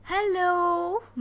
Hello